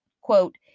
quote